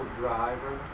driver